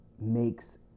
makes